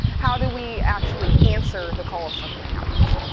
how do we actually answer the call if something happens,